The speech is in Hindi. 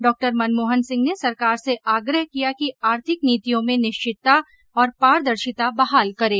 डॉक्टर मनमोहन सिंह ने सरकार से आग्रह किया कि आर्थिक नीतियों में निश्चितता और पारदर्शिता बहाल करे